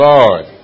Lord